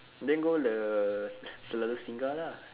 then go the selalu singgah lah